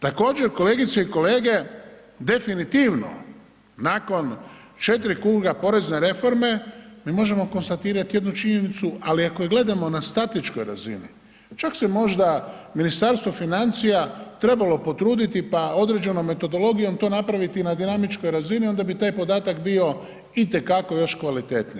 Također kolegice i kolege, definitivno nakon 4. kruga porezne reforme mi možemo konstatirati jednu činjenicu ali ako je gledamo na statičkoj razini čak se možda Ministarstvo financija trebalo potruditi pa određenom metodologijom to napraviti na dinamičkoj razini onda bi taj podatak bio itekako još kvalitetniji.